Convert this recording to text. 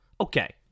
okay